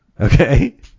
Okay